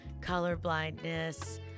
colorblindness